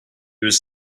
was